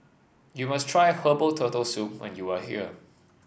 you must try Herbal Turtle Soup when you are here